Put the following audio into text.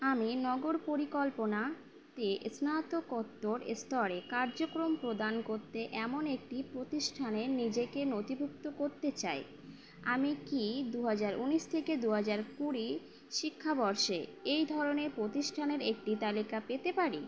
আমি নগর পরিকল্পনাতে স্নাতকোত্তর এস্তরে কার্যক্রম প্রদান করতে এমন একটি প্রতিষ্ঠানে নিজেকে নথিভুক্ত করতে চাই আমি কি দুহাজার উনিশ থেকে দুহাজার কুড়ির শিক্ষাবর্ষে এই ধরনের প্রতিষ্ঠানের একটি তালিকা পেতে পারি